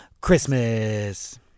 Christmas